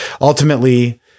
ultimately